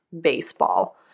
baseball